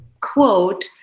Quote